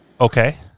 Okay